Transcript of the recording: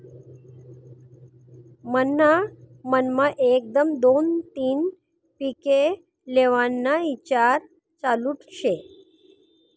मन्हा मनमा एकदम दोन तीन पिके लेव्हाना ईचार चालू शे